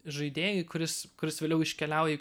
žaidėjui kuris kuris vėliau iškeliauja